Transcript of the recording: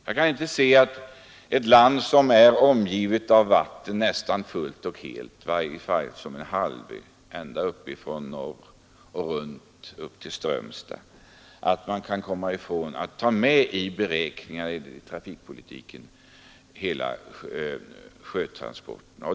Jag kan inte se att man i ett land som är omgivet av vatten nästan helt och fullt, i varje fall som en halvö ända från norr och runt sydkusten upp till Strömstad, kan komma ifrån att ta med hela sjötransporten i beräkningarna i trafikpolitiken.